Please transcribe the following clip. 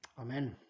Amen